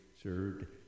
served